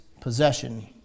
possession